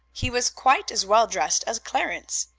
he was quite as well dressed as clarence.